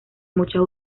muchos